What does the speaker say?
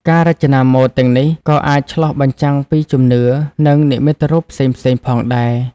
ការរចនាម៉ូដទាំងនេះក៏អាចឆ្លុះបញ្ចាំងពីជំនឿ និងនិមិត្តរូបផ្សេងៗផងដែរ។